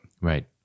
Right